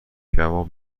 کباب